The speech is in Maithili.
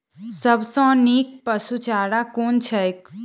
सबसँ नीक पशुचारा कुन छैक?